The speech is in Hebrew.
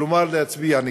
כלומר להצביע נגדה.